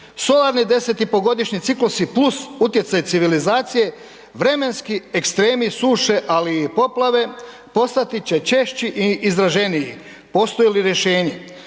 solarni deset i pol godišnji ciklusi plus utjecaj civilizacije vremenski ekstremi suše, ali i poplave postat će češći i izraženiji. Postoji li rješenje?